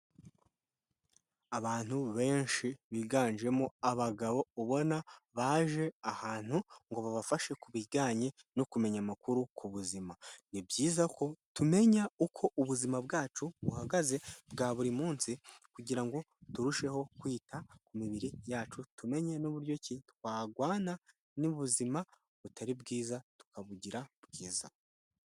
Abantu benshi biganjemo abagabo ubona baje ahantu ngo babafashe ku bijyanye no kumenya amakuru ku buzima. Ni byiza ko tumenya uko ubuzima bwacu buhagaze bwa buri munsi kugira ngo turusheho kwita ku mibiri yacu tumenye n'uburyo ki twagwana n'ubuzima butari bwiza tukabugira bwiza.